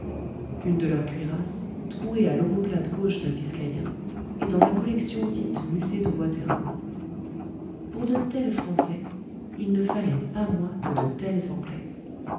une de leurs cuirasses trouée à l'omoplate gauche d'un biscayen est dans la collection dite musée de waterloo pour de tels français il ne fallait pas moins que de tels anglais